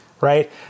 right